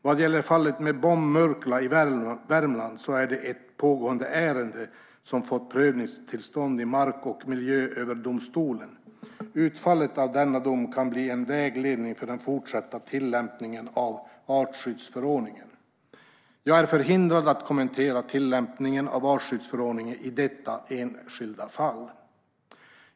Vad gäller fallet med bombmurkla i Värmland är det ett pågående ärende som fått prövningstillstånd i Mark och miljööverdomstolen. Utfallet av denna dom kan bli en vägledning för den fortsatta tillämpningen av artskyddsförordningen. Jag är förhindrad att kommentera tillämpningen av artskyddsförordningen i detta enskilda fall.